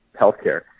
healthcare